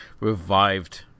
revived